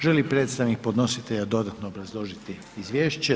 Želi li predstavnik podnositelja dodatno obrazložiti Izvješće?